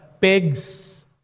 pigs